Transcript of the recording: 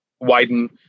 widen